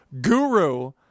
Guru